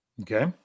Okay